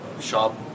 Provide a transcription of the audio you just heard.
shop